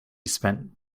spent